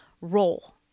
role